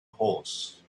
horse